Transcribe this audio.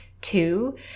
two